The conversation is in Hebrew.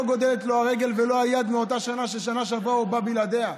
לא גדלה לו הרגל ולא היד מאז השנה שעברה שהוא בא בלעדיה.